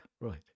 right